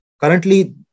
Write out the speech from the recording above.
Currently